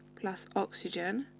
plus oxygen,